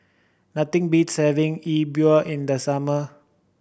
nothing beats having E Bua in the summer